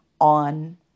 on